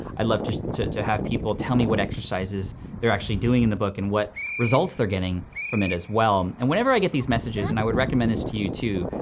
i love to to have people tell me what exercises they're actually doing in the book and what results they're getting from it as well. and whenever i get these messages, and i would recommend this to you too,